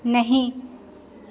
नहीं